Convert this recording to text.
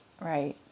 Right